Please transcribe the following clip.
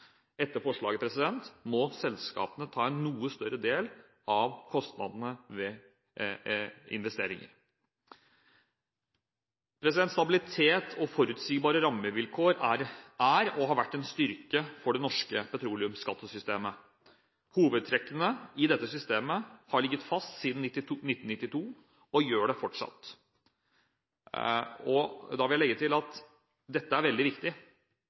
Etter forslaget må selskapene ta en noe større del av kostnadene ved investeringer. Stabilitet og forutsigbare rammevilkår er, og har vært, en styrke for det norske petroleumsskattesystemet. Hovedtrekkene i dette systemet har ligget fast siden 1992 og gjør det fortsatt. Jeg vil legge til at denne stabiliteten er veldig viktig.